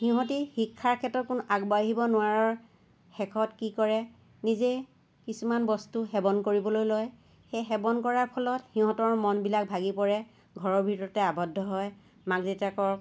সিহঁতে শিক্ষাৰ ক্ষেত্ৰত কোনো আগবাঢ়িব নোৱাৰাৰ শেষত কি কৰে নিজেই কিছুমান বস্তু সেৱন কৰিবলৈ লয় সেই সেৱন কৰাৰ ফলত সিহঁতৰ মনবিলাক ভাঙি পৰে ঘৰৰ ভিতৰতে আৱদ্ধ হয় মাক দেউতাকৰ